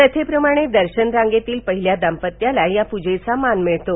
प्रथेप्रमाणे दर्शन रांगेतील पहिल्या दांपत्याला या पुजेचा मान मिळतो